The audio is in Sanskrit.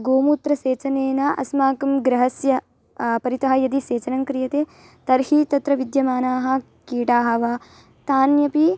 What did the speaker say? गोमूत्रसेचनेन अस्माकं गृहस्य परितः यदि सेचनं क्रियते तर्हि तत्र विद्यमानाः कीटाः वा ते अपि